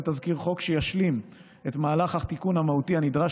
תזכיר חוק שישלים את מהלך התיקון המהותי הנדרש